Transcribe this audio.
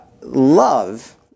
love